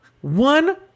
One